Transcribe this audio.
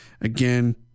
Again